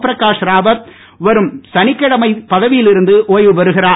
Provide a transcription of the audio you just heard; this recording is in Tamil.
பிராகாஷ் ராவத் வரும் சனிக்கிழமை பதவியில் இருந்து ஓய்வு பெறுகிறார்